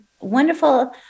wonderful